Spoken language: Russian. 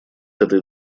этой